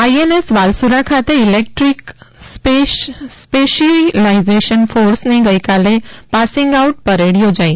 INS Valsura ખાતે electric specialisation ફોર્સની ગઇકાલે પાસિંગ આઉટ પરેડ યોજાઇ